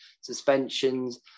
suspensions